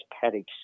paddocks